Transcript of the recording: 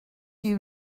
you